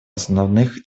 основных